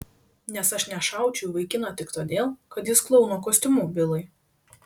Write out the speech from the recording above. nes aš nešaučiau į vaikiną tik todėl kad jis klouno kostiumu bilai